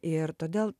ir todėl